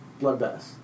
bloodbath